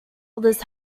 others